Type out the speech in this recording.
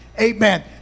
Amen